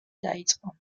დაიწყო